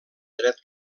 dret